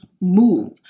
move